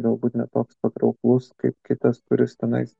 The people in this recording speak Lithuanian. galbūt ne toks patrauklus kaip kitas kuris tenais